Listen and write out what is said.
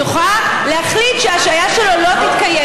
שיכולה להחליט שההשעיה שלו לא תתקיים,